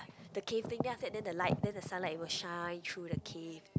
the cave thing then after that then the light then the sunlight will shine through the cave